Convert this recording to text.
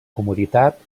comoditat